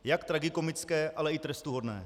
Jak tragikomické, ale i trestuhodné.